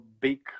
big